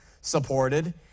supported